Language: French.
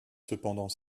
cependant